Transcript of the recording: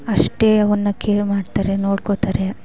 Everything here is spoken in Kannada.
ಅಷ್ಟೇ ಅವನ್ನು ಕೇರ್ ಮಾಡ್ತಾರೆ ನೋಡ್ಕೋತಾರೆ